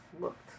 looked